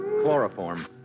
Chloroform